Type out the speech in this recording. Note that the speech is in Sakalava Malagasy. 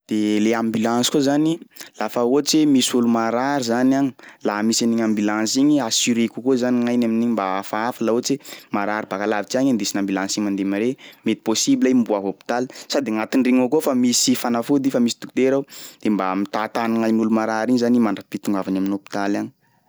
De le ambulance koa zany, lafa ohatsy hoe misy olo marary zany agny laha misy an'igny ambulance igny assuré kokoa zany gn'ainy amin'igny mba hafahafa laha ohatsy hoe marary baka lavitsy agny indesin'ny ambulance igny mandeha mare mety possible i miboaka hôpitaly sady agnatin'regny ao koa fa misy fanafody, fa misy dokotera ao de mba mitatà gnain'olo marary igny zany i mandrapitongavany amin'ny hôpitaly agny.